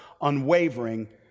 unwavering